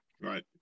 Right